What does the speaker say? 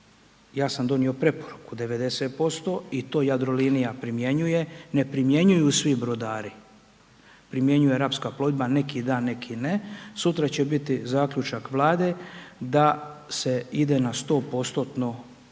ja sam donio preporuku, 90% i to Jadrolinija primjenjuje, ne primjenjuju svi brodari, primjenjuje Rapska plovidba, neki dan, neki ne, sutra će biti zaključak Vlade da se ide na 100%-tno